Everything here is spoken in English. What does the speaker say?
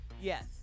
Yes